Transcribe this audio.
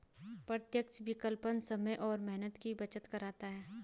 प्रत्यक्ष विकलन समय और मेहनत की बचत करता है